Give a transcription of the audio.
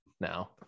now